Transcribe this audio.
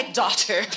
daughter